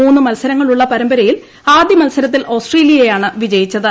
മൂന്ന് മത്സരങ്ങളുള്ള പരമ്പരയിൽ ആദ്യമത്സരത്തിൽ ഓസ്ട്രേലിയയാണ് വിജയിച്ചത്